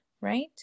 right